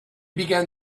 began